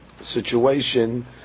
situation